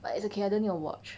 but it's okay I don't need a watch